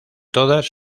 todas